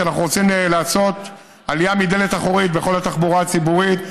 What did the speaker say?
כי אנחנו רוצים לעשות עלייה מדלת אחורית בכל התחבורה הציבורית,